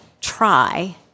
try